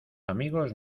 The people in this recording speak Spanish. amigos